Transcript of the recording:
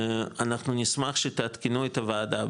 אנחנו נשמח שתעדכנו את הוועדה,